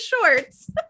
shorts